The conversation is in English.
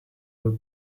will